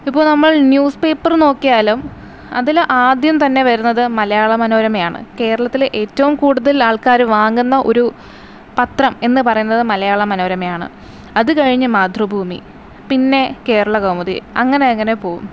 ഇപ്പോൾ നമ്മൾ newspaper നോക്കിയാലും അതിൽ ആദ്യം തന്നെ വരുന്നത് മലയാള മനോരമയാണ് കേരളത്തിലെ ഏറ്റവും കൂടുതൽ ആൾക്കാർ വാങ്ങുന്ന ഒരു പത്രം എന്ന് പറയുന്നത് മലയാള മനോരമയാണ് അത് കഴിഞ്ഞ് മാതൃഭൂമി പിന്നെ കേരള കൗമുദി അങ്ങനെ അങ്ങനെ പോവും